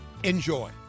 Enjoy